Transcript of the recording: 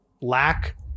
lack